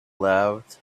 loved